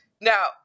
Now